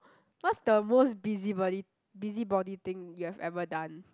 what's the most busybody busybody thing you have ever done